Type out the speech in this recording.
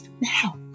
now